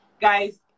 guys